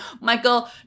Michael